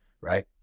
right